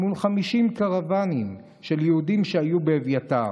מול 50 קרוואנים של יהודים שהיו באביתר.